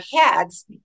heads